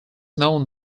known